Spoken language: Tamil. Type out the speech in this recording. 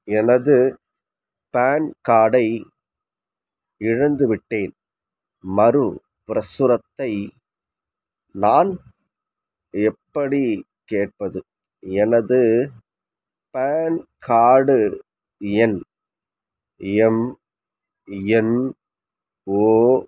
எனது பான் கார்டை இழந்துவிட்டேன் மறுப்பிரசுரத்தை நான் எப்படிக் கேட்பது எனது பான் கார்டு எண் எம்என்ஓ